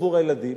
עבור הילדים.